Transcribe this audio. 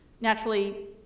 Naturally